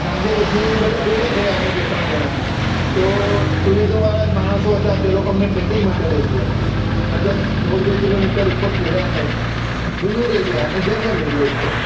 સાંજે પછી બધા ભેગા થયા અમે બે ત્રણ જણા તો ટુરિઝમવાળા જ માણસો હતા તે લોકો અમને ટ્રેકિંગ માટે લઈ ગયા લગભગ દોઢ બે કિલોમીટર ઉપર ચઢ્યા અમે ડુંગર એરિયા અને જંગલ એરિયા એકલો